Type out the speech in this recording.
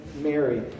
Mary